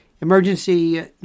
Emergency